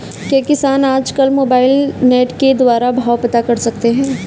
क्या किसान आज कल मोबाइल नेट के द्वारा भाव पता कर सकते हैं?